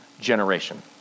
generation